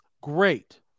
Great